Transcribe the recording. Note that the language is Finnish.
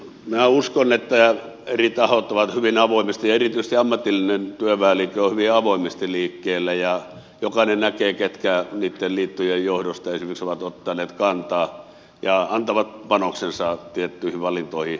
minä uskon että eri tahot ovat hyvin avoimesti ja erityisesti ammatillinen työväenliike on hyvin avoimesti liikkeellä ja jokainen näkee ketkä niitten liittojen johdosta esimerkiksi ovat ottaneet kantaa ja antavat panoksensa tiettyihin valintoihin